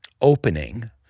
opening